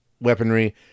weaponry